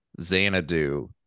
Xanadu